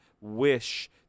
wish